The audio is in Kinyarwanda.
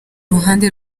ruhande